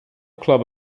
club